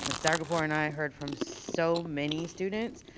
and zargarpur and i heard from so many students,